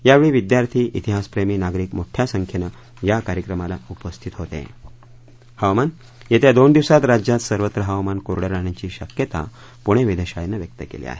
यावेळी विद्यार्थी ातिहासप्रेमी नागरिक मोठ्या संख्येनं या कार्यक्रमाला उपस्थित होते येत्या दोन दिवसात राज्यात सर्वत्र हवामान कोरडं राहण्याची शक्यता पुणे वेधशाळेनं व्यक्त केली आहे